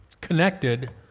connected